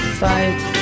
fight